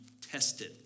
tested